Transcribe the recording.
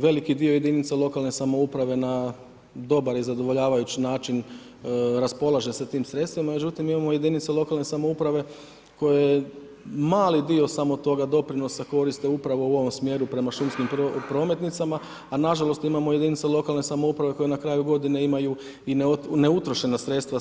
Veliki dio jedinica lokalne samouprave na dobar i zadovoljavajući način raspolaže sa tim sredstvima međutim imamo jedinice lokalne samouprave koje mali dio samo toga doprinosa koriste upravo u ovom smjeru prema šumskim prometnicama a nažalost imamo jedinice lokalne samouprave koje na kraju godine imaju i neutrošena sredstva